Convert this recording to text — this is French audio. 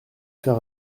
faire